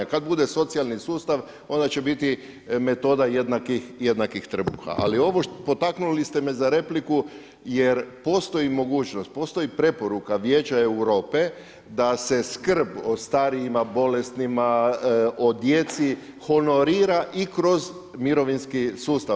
Kad bude socijalni sustav onda će biti metoda jednakih trbuha, ali ovo potaknuli ste me za repliku jer postoji mogućnost, postoji preporuka Vijeća Europe da se skrb o starijima, bolesnima, o djeci honorira i kroz mirovinski sustav.